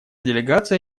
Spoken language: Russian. делегация